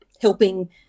helping